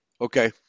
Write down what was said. Okay